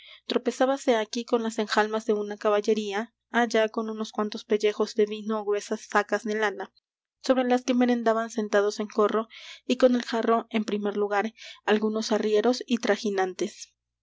suelo tropezábase aquí con las enjalmas de una caballería allá con unos cuantos pellejos de vino ó gruesas sacas de lana sobre las que merendaban sentados en corro y con el jarro en primer lugar algunos arrieros y trajinantes